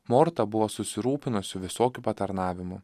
morta buvo susirūpinusi visokiu patarnavimu